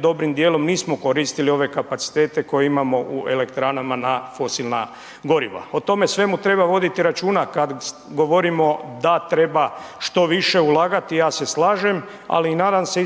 dobrim dijelom nismo koristili ove kapacitete koje imamo u elektranama na fosilna goriva. O tome svemu treba voditi računa kada govorimo da treba što više ulagati, ja se slažem, ali nadam se